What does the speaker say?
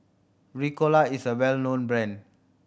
Ricola is a well known brand